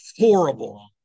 horrible